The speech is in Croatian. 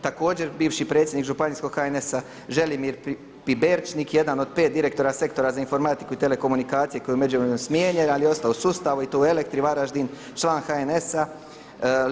Također bivši predsjednik Županijskog HNS-a Želimir Piberčnik jedan od 5 direktora Sektora za informatiku i telekomunikacije koji je u međuvremenu smijenjen ali je ostao u sustavu i to u Elektri Varaždin, član HNS-a.